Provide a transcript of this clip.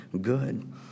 good